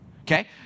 Okay